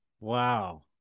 Wow